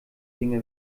dinge